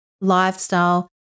lifestyle